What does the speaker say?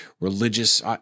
religious